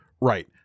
Right